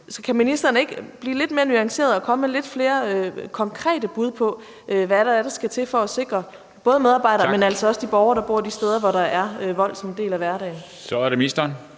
Kan ministeren ikke gøre det lidt mere nuanceret og komme med lidt flere konkrete bud på, hvad der skal til for at sikre både medarbejdere, men altså også de borgere, der bor de steder, hvor vold er en del af hverdagen? Kl. 17:57 Første